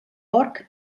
porc